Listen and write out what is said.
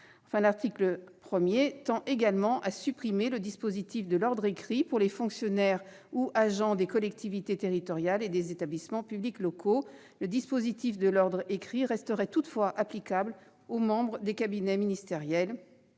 l'article 1 vise également à supprimer le dispositif de l'« ordre écrit » pour les fonctionnaires ou agents des collectivités territoriales et des établissements publics locaux. Ce mécanisme resterait toutefois applicable aux membres des cabinets ministériels,